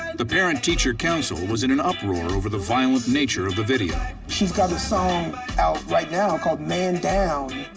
the parent teacher council was in an uproar over the violent nature of the video. she's got the song out right now called man down,